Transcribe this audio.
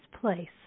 place